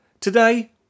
today